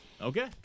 okay